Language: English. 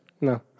No